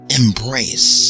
embrace